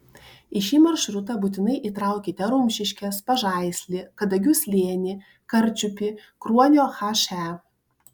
į šį maršrutą būtinai įtraukite rumšiškes pažaislį kadagių slėnį karčiupį kruonio he